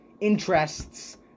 interests